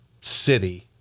city